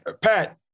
Pat